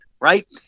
right